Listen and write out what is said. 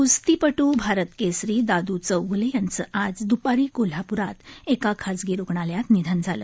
क्स्तीपटू भारत केसरी दादू चौग्ले यांचं आज द्पारी कोल्हापूरात एका खाजगी रुग्णालयात निधन झालं